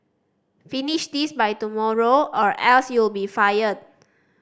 finish this by tomorrow or else you'll be fired